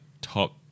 top